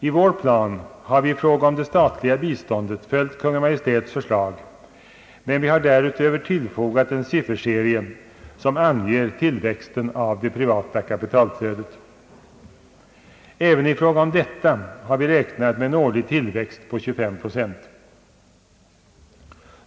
I vår plan har vi i fråga om det statliga biståndet följt Kungl. Maj:ts förslag, men vi har därutöver tillfogat en sifferserie som anger tillväxten av det privata kapitalflödet. även i fråga om detta har vi räknat med en årlig tillväxt på 25 procent.